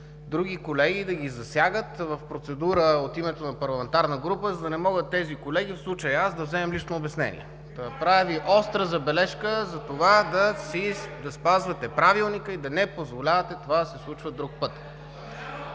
други колеги, да ги засягат в процедура от името на парламентарна група, за да не могат тези колеги – в случая аз, да вземем лично обяснение. Правя Ви остра забележка за това да спазвате Правилника и да не позволявате това да се случва друг път.